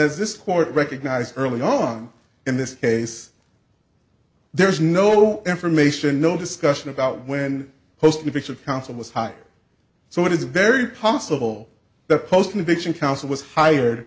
there's this court recognized early on in this case there is no information no discussion about when posting pics of council was high so it is very possible the post invasion counsel was hired